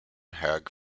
hög